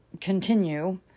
continue